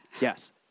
Yes